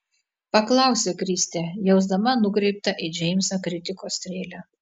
paklausė kristė jausdama nukreiptą į džeimsą kritikos strėlę